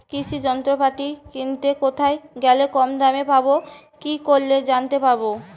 কৃষি যন্ত্রপাতি কিনতে কোথায় গেলে কম দামে পাব কি করে জানতে পারব?